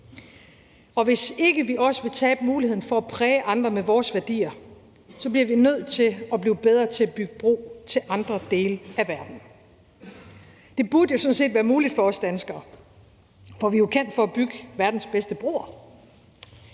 og hvis ikke vi også vil tabe muligheden for at præge andre med vores værdier, bliver vi nødt til at blive bedre til at bygge bro til andre dele af verden. Det burde sådan set være muligt for os danskere, for vi er jo kendt for at bygge verdens bedste broer.